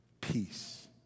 Peace